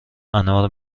انار